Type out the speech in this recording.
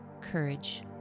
courage